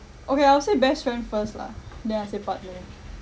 okay I'll say best friend first lah then I say partner